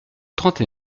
trente